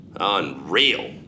Unreal